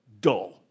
Dull